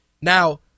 Now